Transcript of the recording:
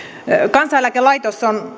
kansaneläkelaitos on